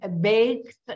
baked